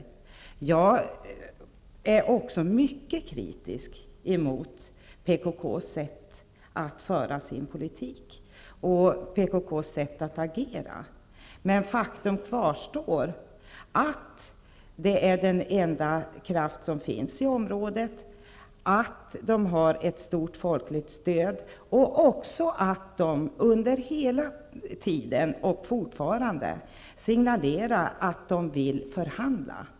Jag är också mycket kritisk mot PKK:s sätt att föra sin politik och PKK:s sätt att agera, men faktum kvarstår att PKK är den enda kraft i området som företräder kurderna, att organisationen har ett stort folkligt stöd och också att den under hela tiden har signalerat och fortfarande signalerar att den vill förhandla.